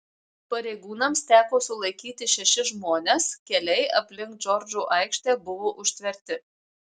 pareigūnams teko sulaikyti šešis žmones keliai aplink džordžo aikštę buvo užtverti